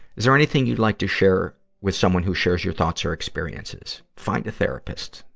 is there anything you'd like to share with someone who shares your thoughts or experiences? find a therapist.